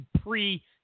pre-